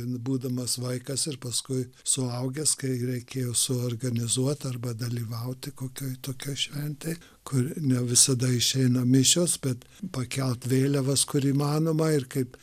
būdamas vaikas ir paskui suaugęs kai reikėjo suorganizuot arba dalyvauti kokioj tokioj šventėj kur ne visada išeina mišios bet pakelt vėliavas kur įmanoma ir kaip